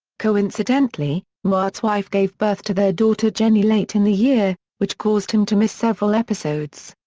coincidentally, newhart's wife gave birth to their daughter jenny late in the year, which caused him to miss several episodes.